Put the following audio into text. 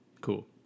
Cool